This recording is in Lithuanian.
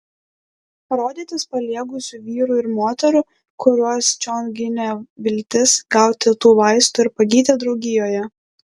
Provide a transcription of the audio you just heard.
rodytis paliegusių vyrų ir moterų kuriuos čion ginė viltis gauti tų vaistų ir pagyti draugijoje